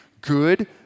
Good